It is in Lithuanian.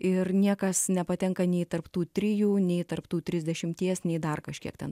ir niekas nepatenka nei tarp tų trijų nei tarp tų trisdešimties nei dar kažkiek ten